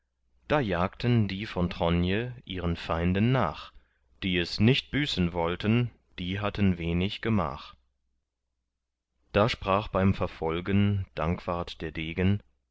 da jagten die von tronje ihren feinden nach die es nicht büßen wollten die hatten wenig gemach da sprach beim verfolgen dankwart der degen